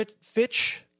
Fitch